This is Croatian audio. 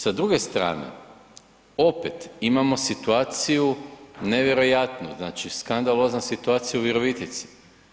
Sa druge strane, opet imamo situaciju nevjerojatno, znači skandalozna situacija u Virovitici.